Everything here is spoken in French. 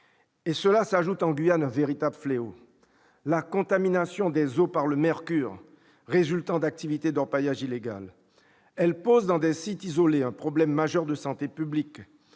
À cela s'ajoute en Guyane un véritable fléau : la contamination des eaux par le mercure résultant d'activités d'orpaillage illégal. Elle pose dans des sites isolés un problème majeur de santé publique